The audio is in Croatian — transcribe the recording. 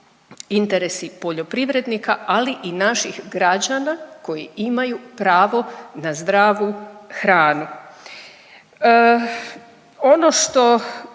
interesi poljoprivrednika, ali i naših građana koji imaju pravo na zdravu hranu. Ono što